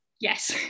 Yes